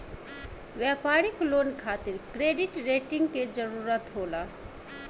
व्यापारिक लोन खातिर credit rating के जरूरत होला